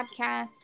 podcast